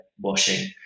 washing